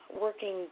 working